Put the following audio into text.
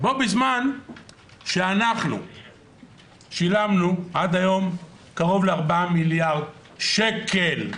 בו בזמן שאנחנו שילמנו עד היום קרוב לארבעה מיליארד שקל,